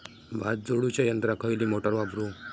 भात झोडूच्या यंत्राक खयली मोटार वापरू?